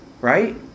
Right